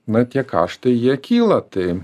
na tie kaštai jie kyla tai